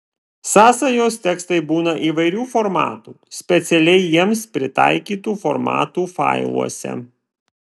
sąsajos tekstai būna įvairių formatų specialiai jiems pritaikytų formatų failuose